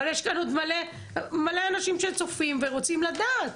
אבל יש כאן עוד מלא אנשים שצופים ורוצים לדעת.